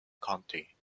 county